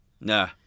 nah